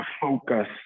focus